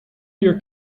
your